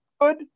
good